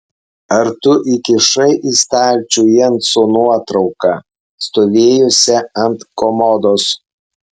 ar tu įkišai į stalčių jenso nuotrauką stovėjusią ant komodos